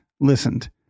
listened